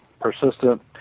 persistent